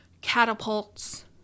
catapults